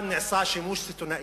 אני מסכם את דברי